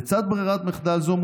לצד ברירת מחדל זו,